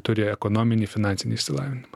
turi ekonominį finansinį išsilavinimą